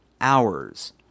hours